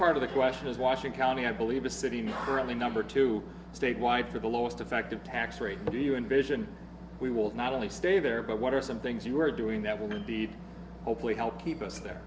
part of the question is washington county i believe a city in the number two statewide for the last effective tax rate do you envision we will not only stay there but what are some things you are doing that will be hopefully help keep us there